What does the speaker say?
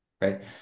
Right